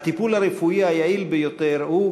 הטיפול הרפואי היעיל ביותר הוא,